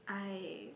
I